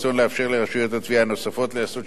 התביעה הנוספות לעשות שימוש בכלי החדש,